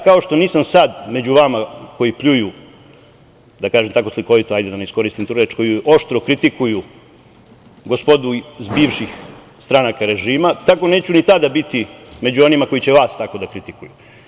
Kao što nisam sada među vama koji pljuju, da kažem tako slikovito, oštro kritikuju gospodu iz bivših stranaka režima, tako neću ni tada biti među onima koji će vas tako da kritikuju.